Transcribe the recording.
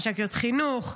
מש"קיות חינוך,